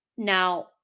Now